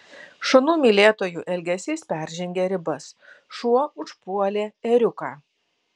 šunų mylėtojų elgesys peržengė ribas šuo užpuolė ėriuką